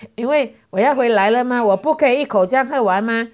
因为我要回来了吗我不可以一口这样喝完吗